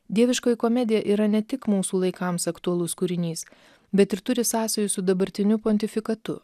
dieviškoji komedija yra ne tik mūsų laikams aktualus kūrinys bet ir turi sąsajų su dabartiniu pontifikatu